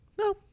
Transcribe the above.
No